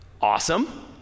Awesome